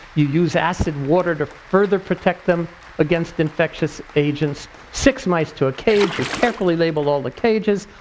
you use acid water to further protect them against infectious agents. six mice to a cage, you carefully label all the cages.